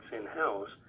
in-house